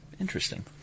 Interesting